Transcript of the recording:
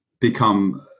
become